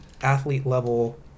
athlete-level